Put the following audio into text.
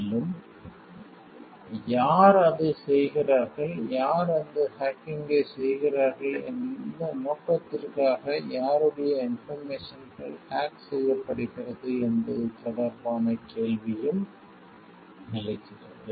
மேலும் யார் அதைச் செய்கிறார்கள் யார் அந்த ஹேக்கிங்கைச் செய்கிறார்கள் எந்த நோக்கத்திற்காக யாருடைய இன்போர்மேசன்கள் ஹேக் செய்யப்படுகிறது என்பது தொடர்பான கேள்வியும் எழுகிறது